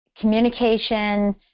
communication